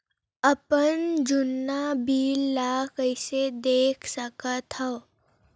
अपन जुन्ना बिल ला कइसे देख सकत हाव?